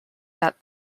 that